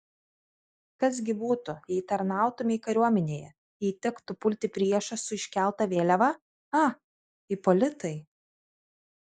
kas gi būtų jei tarnautumei kariuomenėje jei tektų pulti priešą su iškelta vėliava a ipolitai